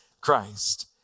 Christ